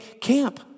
camp